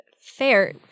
Fair